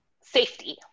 safety